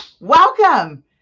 welcome